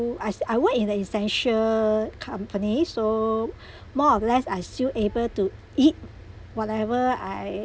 I still I work in the essential company so more or less I still able to eat whatever I